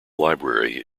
library